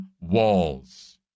walls